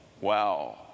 Wow